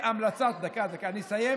רגע, יש טעות.